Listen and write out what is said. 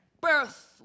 birth